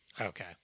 Okay